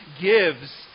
gives